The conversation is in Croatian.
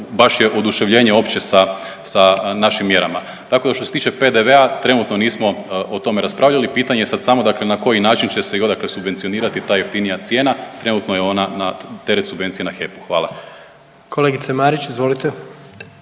baš je oduševljenje opće sa našim mjerama. Tako što se tiče PDV-a trenutno nismo o tome raspravljali, pitanje je sad samo na koji načini odakle subvencionirati ta jeftinija cijena, trenutno je ona na teret subvencije na HEP-u. Hvala. **Jandroković, Gordan